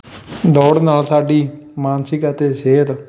ਦੌੜ ਨਾਲ ਸਾਡੀ ਮਾਨਸਿਕ ਅਤੇ ਸਿਹਤ